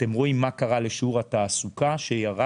אתם רואים מה קרה לשיעור התעסוקה שירד,